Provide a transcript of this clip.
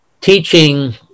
teaching